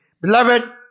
Beloved